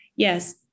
Yes